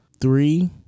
Three